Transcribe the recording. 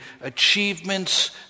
achievements